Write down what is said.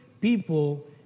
people